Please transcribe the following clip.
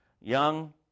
young